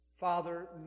Father